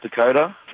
Dakota